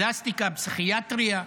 פלסטיקה, פסיכיאטריה,